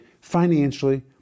financially